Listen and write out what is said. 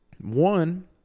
One